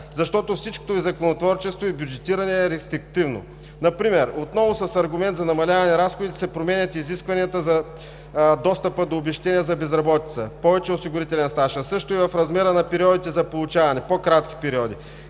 защото всичкото Ви законотворчество и бюджетиране е рестриктивно. Например, отново с аргумент за намаляване на разходите се променят изискванията за достъпа до обезщетения за безработица – повече осигурителен стаж, а също и в размера на периодите за получаване – по-кратки периоди.